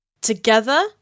Together